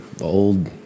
old